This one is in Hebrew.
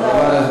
תודה רבה.